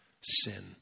sin